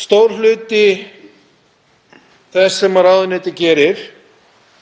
Stór hluti þess sem ráðuneytið gerir,